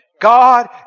God